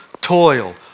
toil